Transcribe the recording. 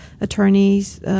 attorneys